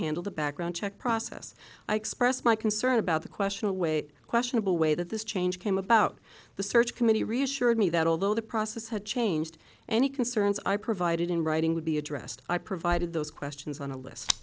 handle the background check process i expressed my concern about the question of weight questionable way that this change came about the search committee reassured me that although the process had changed any concerns i provided in writing would be addressed i provided those questions on a list